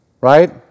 right